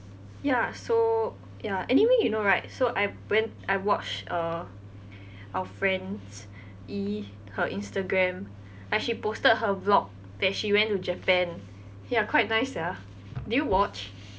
ya so ya anyway you know right so I when I watch uh our friends E her instagram like she posted her vlog that she went to japan ya quite nice sia did you watch